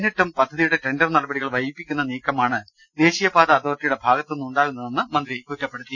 എന്നിട്ടും പദ്ധതിയുടെ ടെൻഡർ നടപടികൾ വൈകിപ്പിക്കുന്ന നീക്കമാണ് ദേശീയപാത അതോറിറ്റിയുടെ ഭാഗത്തുനിന്ന് ഉണ്ടാകുന്നതെന്ന് അദ്ദേഹം കുറ്റപ്പെടുത്തി